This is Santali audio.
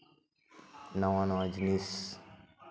ᱱᱟᱣᱟ ᱱᱟᱣᱟ ᱡᱤᱱᱤᱥ